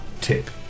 tip